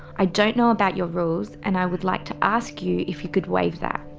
i don't know about your rules, and i would like to ask you if you could waive that.